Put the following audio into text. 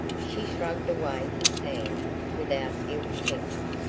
she shrugged away his hand without ill-temper.